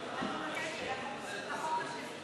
אני מבקשת, החוק השני.